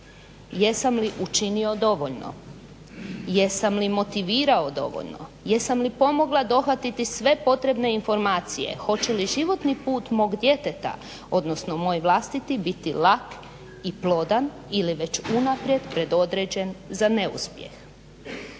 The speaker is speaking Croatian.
Jesam li učinio dovoljno, jesam li motivirao dovoljno, jesam li pomogla dohvatiti sve potrebne informacije, hoće li životni put mog djeteta, odnosno moj vlastiti biti lak i plodan ili već unaprijed predodređen za neuspjeh?